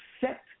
set